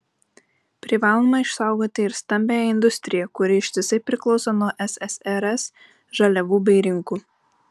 privalome išsaugoti ir stambiąją industriją kuri ištisai priklauso nuo ssrs žaliavų bei rinkų